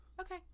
Okay